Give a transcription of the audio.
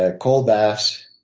ah cold baths,